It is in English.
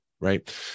right